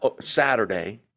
Saturday